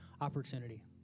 opportunity